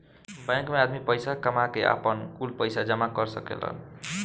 bank मे आदमी पईसा कामा के, आपन, कुल पईसा जामा कर सकेलन